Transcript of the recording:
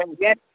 Yes